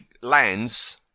Lands